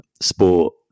sport